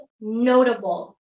notable